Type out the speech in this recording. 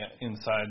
inside